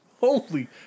Holy